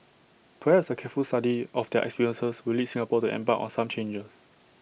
perhaps A careful study of their experiences will lead Singapore to embark on some changes